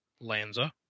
Lanza